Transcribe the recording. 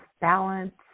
balance